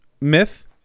myth